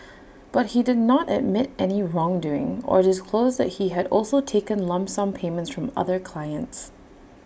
but he did not admit any wrongdoing or disclose that he had also taken lump sum payments from other clients